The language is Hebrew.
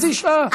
חצי שעה?